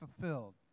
fulfilled